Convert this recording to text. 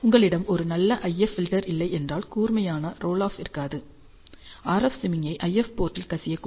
உங்களிடம் ஒரு நல்ல IF ஃபில்டர் இல்லை என்றால் கூர்மையான ரோல் ஆஃப் இருக்காது RF சமிக்ஞை IF போர்ட்டில் கசியக்கூடும்